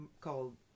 called